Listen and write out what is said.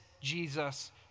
Jesus